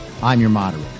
imyourmoderator